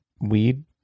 weed